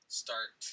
start